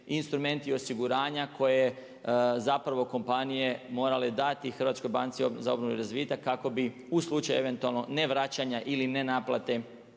instrumenti osiguranja koje zapravo kompanije morale dati Hrvatskoj banci za obnovu i razvitak kako bi u slučaju eventualno ne vraćanja ili ne naplate